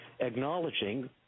acknowledging